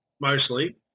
Mostly